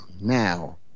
now